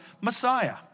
Messiah